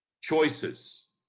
choices